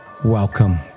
welcome